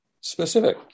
specific